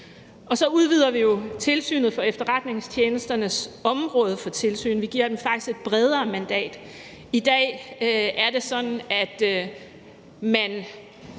Så udvider vi Tilsynet med Efterretningstjenesternes område for tilsyn. Vi giver dem faktisk et bredere mandat. I dag er det sådan, at